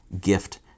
gift